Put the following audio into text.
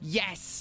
yes